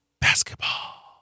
basketball